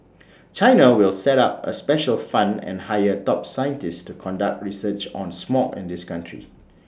China will set up A special fund and hire top scientists to conduct research on smog in the country